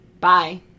Bye